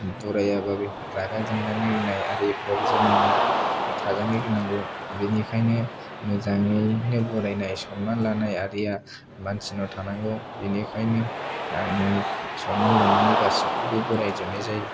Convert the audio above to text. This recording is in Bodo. बरायाबा बेफोर रागा जोंजानो गिनाय आरिफ्राबो जानांगोन थाजानो गिनांगोन बिनिखायनो मोजाङैनो बरायनाय सनमान लानाय आरिआ मानसिनाव थानांगौ बिनिखायनो आङो सनमान लानानै गासिखौबो बरायजोबनाय जायो